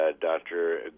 Dr